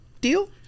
deal